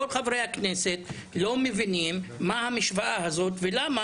כל חברי הכנסת לא מבינים מה המשוואה הזאת ולמה